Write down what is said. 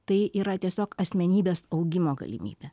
tai yra tiesiog asmenybės augimo galimybė